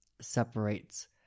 separates